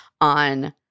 on